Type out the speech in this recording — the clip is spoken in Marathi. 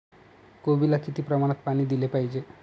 कोबीला किती प्रमाणात पाणी दिले पाहिजे?